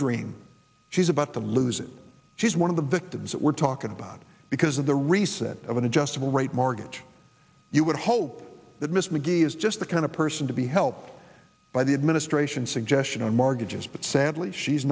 dream she's about to lose it she's one of the victims that we're talking about because of the reset of an adjustable rate mortgage you would hope that miss mcgee is just the kind of person to be helped by the administration suggestion on margins but sadly she's